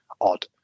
odd